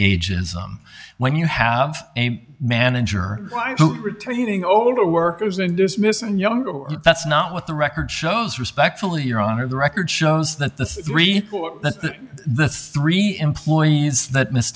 ages when you have a manager retaining older workers and dismissing younger that's not what the record shows respectfully your honor the record shows that the three that the three employees that miss